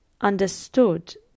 understood